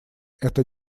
это